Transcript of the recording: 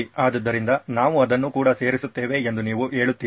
ಆದ್ದರಿಂದ ನಾವು ಅದನ್ನು ಕೂಡ ಸೇರಿಸುತ್ತೇವೆ ಎಂದು ನೀವು ಹೇಳುತ್ತೀರಾ